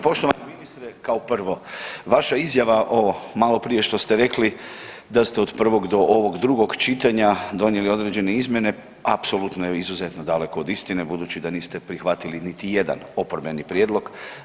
Poštovani ministre kao prvo vaša izjava o maloprije što ste rekli da ste od prvog do ovog drugog čitanja donijeli određene izmjene apsolutno je izuzetno daleko od istine budući da niste prihvatili niti jedan oporbeni prijedlog.